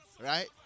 right